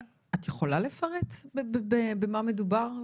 את יכולה לפרט במה מדובר?